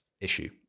issue